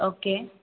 okay